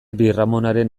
birramonaren